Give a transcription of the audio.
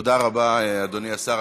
תודה רבה, אדוני השר.